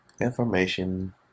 information